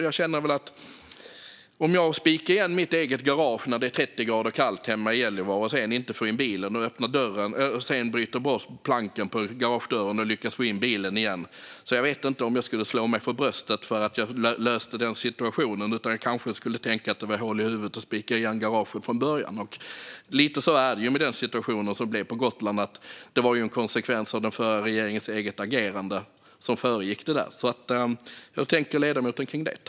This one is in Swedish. Låt oss säga att jag spikar igen mitt eget garage när det är 30 grader kallt hemma i Gällivare och då inte får in bilen och att jag sedan bryter bort planken på garagedörren och lyckas få in bilen. Jag vet inte om jag då skulle slå mig för bröstet för att jag löste situationen. Jag kanske i stället skulle tänka att det var hål i huvudet att spika igen garaget från början. Lite så är det med den situation som blev på Gotland. Den var ju en konsekvens av den förra regeringens agerande. Hur tänker ledamoten kring det?